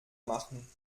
machen